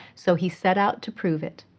so he set out to prove it.